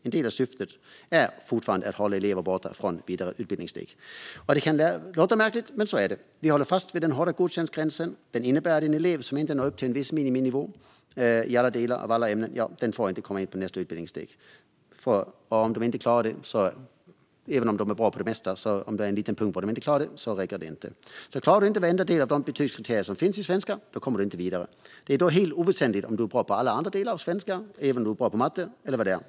En del av syftet är fortfarande att hålla elever borta från vidare utbildningssteg. Det kan låta märkligt, men så är det. Vi håller fast vid den hårda godkändgränsen. Den innebär att en elev som inte når upp till en viss miniminivå i alla delar av alla ämnen inte får komma in på nästa utbildningssteg. Eleven kan vara bra på det mesta, men det räcker inte om det är en liten punkt den inte klarar. Klarar du inte varenda del när det gäller de betygskriterier som finns i svenska kommer du inte vidare. Det är då helt oväsentligt om du är bra på alla andra delar av ämnet svenska eller om du är bra på matte eller vad det är.